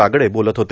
बागडे बोलत होते